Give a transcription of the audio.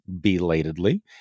belatedly